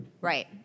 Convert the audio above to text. right